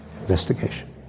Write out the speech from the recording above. investigation